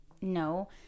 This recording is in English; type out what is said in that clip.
No